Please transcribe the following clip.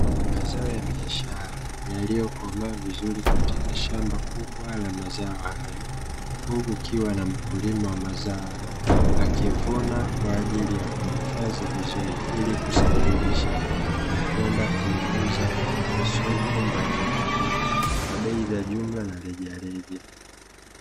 Mazao ya biashara yaliyokoma vizuri katika shamba kubwa la mazao hayo, huku kukiwa na mkulima wa mazao hayo, akivuna kwa ajili ya kuhifadhi vizuri ili kusafirisha na kwenda kuyauza kwenye masoko mbalimbali kwa bei ya jumla na rejareja.